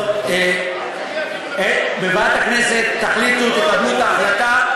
טוב, בוועדת הכנסת תחליטו, לא, תקבלו את ההחלטה.